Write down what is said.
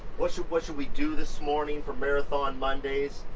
what should what should we do this morning for marathon mondays,